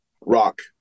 rock